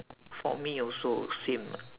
for me also same ah